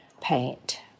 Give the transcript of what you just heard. paint